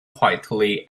quietly